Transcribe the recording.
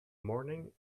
morning